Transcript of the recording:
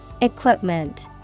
Equipment